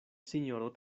sinjoro